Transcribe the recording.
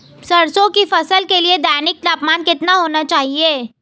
सरसों की फसल के लिए दैनिक तापमान कितना होना चाहिए?